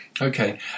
okay